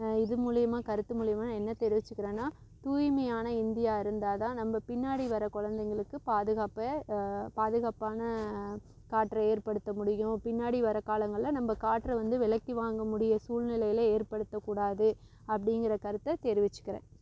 இது மூலியமாக கருத்து மூலியமாக நான் என்ன தெரிவிச்சிக்கிறேனா தூய்மையான இந்தியா இருந்தா தான் நம்ப பின்னாடி வர குழந்தைங்களுக்கு பாதுகாப்பு பாதுகாப்பான காற்றை ஏற்படுத்த முடியும் பின்னாடி வர காலங்களில் நம்ப காற்று வந்து விலைக்கி வாங்க முடிய சூழ்நிலையில ஏற்படுத்த கூடாது அப்படிங்கிற கருத்தை தெரிவிச்சிக்கிறேன்